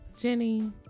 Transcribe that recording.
Jenny